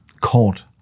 caught